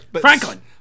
Franklin